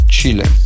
Chile